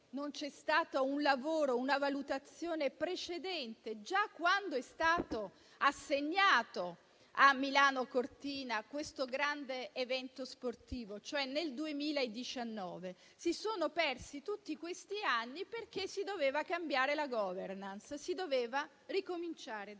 non c'è stato un lavoro, una valutazione precedente, quando è stato assegnato a Milano Cortina questo grande evento sportivo, cioè nel 2019. Si sono persi tutti questi anni perché si doveva cambiare la *governance*, si doveva ricominciare daccapo.